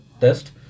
test